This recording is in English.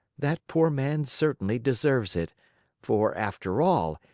that poor man certainly deserves it for, after all,